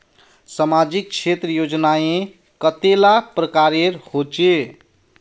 सामाजिक क्षेत्र योजनाएँ कतेला प्रकारेर होचे?